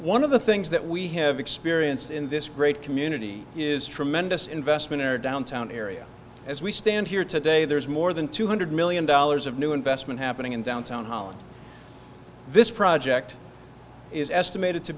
one of the things that we have experienced in this great community is tremendous investment in our downtown area as we stand here today there is more than two hundred million dollars of new investment happening in downtown holland this project is estimated to